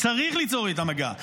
צריך ליצור איתם מגע,